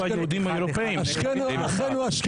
הצבעה בעד 5 נגד 9 נמנעים אין לא אושר.